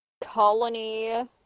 colony